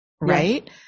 Right